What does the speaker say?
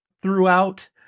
throughout